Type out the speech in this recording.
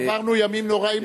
עברנו הימים הנוראים,